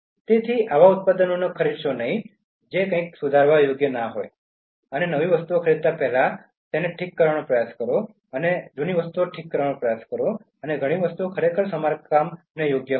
તેથી આવા ઉત્પાદનોને ખરીદશો નહીં જે કંઈક સુધારવા યોગ્ય છે અને નવી વસ્તુઓ ખરીદતા પહેલા તેને ઠીક કરવાનો પ્રયાસ કરો અને ઘણી વસ્તુઓ ખરેખર સમારકામ યોગ્ય હોય છે